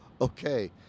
okay